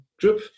group